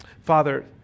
Father